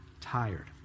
tired